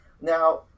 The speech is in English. Now